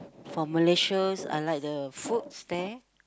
for Malaysians I like the foods there